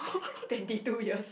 twenty two years